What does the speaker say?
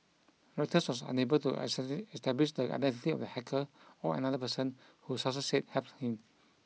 Reuters was unable to establish the identity of the hacker or another person who sources said helped him